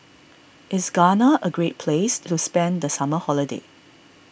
is Ghana a great place to spend the summer holiday